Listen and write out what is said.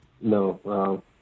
No